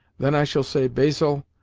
then i shall say, basil,